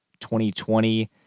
2020